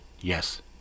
Yes